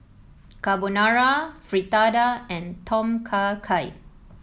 Carbonara Fritada and Tom Kha Gai